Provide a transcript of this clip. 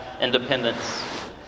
independence